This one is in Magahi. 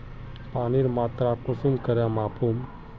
पानीर मात्रा कुंसम करे मापुम?